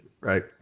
right